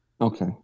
Okay